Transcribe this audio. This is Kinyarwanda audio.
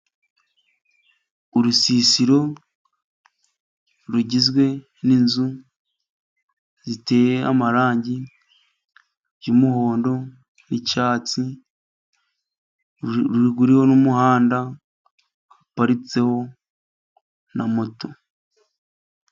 Urusisiro rugizwe n'inzu ziteye amarangi y'umuhondo n'icyatsi, ruhuriweho n'umuhanda baparitseho na moto.